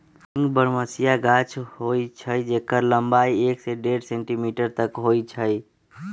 हींग बरहमसिया गाछ होइ छइ जेकर लम्बाई एक से डेढ़ सेंटीमीटर तक होइ छइ